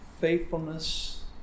faithfulness